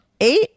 Eight